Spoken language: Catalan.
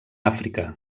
àfrica